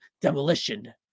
Demolition